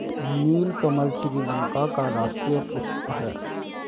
नीलकमल श्रीलंका का राष्ट्रीय पुष्प है